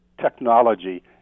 technology